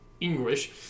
English